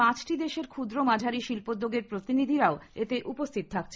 পাঁচটি দেশের ক্ষুদ্র মাঝারি শিল্পদ্যোগের প্রতিনিধিরাও এতে উপস্থিত থাকছেন